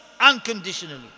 unconditionally